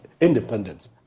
independence